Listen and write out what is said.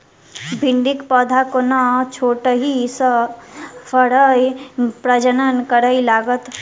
भिंडीक पौधा कोना छोटहि सँ फरय प्रजनन करै लागत?